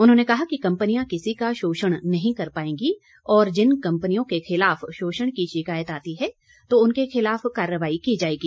उन्होंने कहा कि कंपनियां किसी का शोषण नहीं कर पाएंगी और जिन कम्पनियों के खिलाफ शोषण की शिकायत आती है तो उनके खिलाफ कार्रवाई की जाएगी